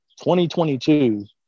2022